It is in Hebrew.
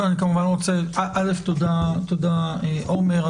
תודה, עומר.